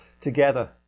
together